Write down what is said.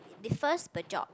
differs the job